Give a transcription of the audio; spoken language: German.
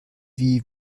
wie